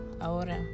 ahora